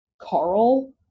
Carl